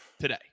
today